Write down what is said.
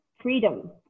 freedom